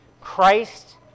Christ